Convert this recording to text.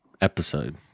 episode